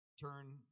Turn